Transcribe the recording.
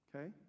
okay